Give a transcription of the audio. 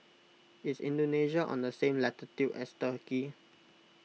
is Indonesia on the same latitude as Turkey